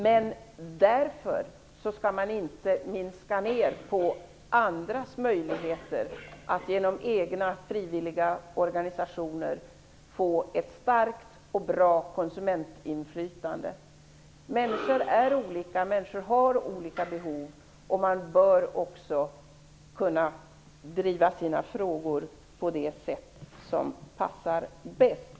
Men därför skall man inte minska andras möjligheter att genom egna frivilliga organisationer få ett starkt och bra konsumentinflytande. Människor är olika och har olika behov. Man bör också kunna driva sina frågor på det sätt som passar bäst.